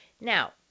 Now